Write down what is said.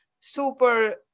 super